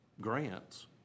grants